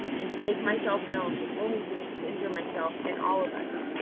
and to make myself known would only be to injure myself and all of us.